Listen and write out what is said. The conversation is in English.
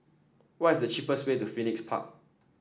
what is the cheapest way to Phoenix Park